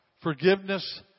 forgiveness